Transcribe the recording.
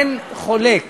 אין חולק